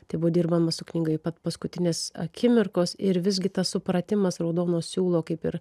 tai buvo dirbama su knyga pat paskutinės akimirkos ir visgi tas supratimas raudono siūlo kaip ir